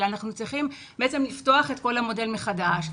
אלא אנחנו צריכים לפתוח את כל המודל מחדש,